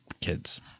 kids